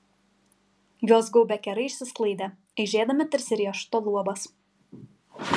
juos gaubę kerai išsisklaidė aižėdami tarsi riešuto luobas